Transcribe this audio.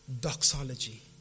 doxology